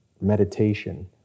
meditation